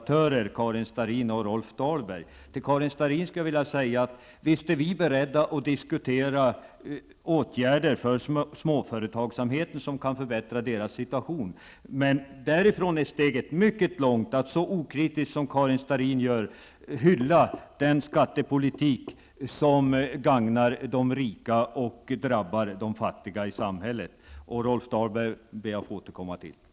Till Karin Starrin skulle jag vilja säga att vi naturligtvis är beredda att diskutera åtgärder som kan förbättra situationen för småföretagsamheten. Men därifrån är steget mycket långt till att så okritiskt som Karin Starrin gör hylla den skattepolitik som gagnar de rika och drabbar de fattiga i samhället. Till Rolf Dahlberg ber jag att få återkomma i nästa inlägg.